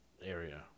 Area